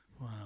Wow